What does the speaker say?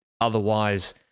otherwise